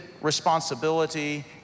responsibility